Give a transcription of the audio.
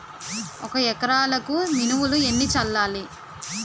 ఒక ఎకరాలకు మినువులు ఎన్ని చల్లాలి?